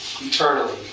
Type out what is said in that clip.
eternally